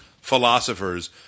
philosophers